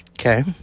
Okay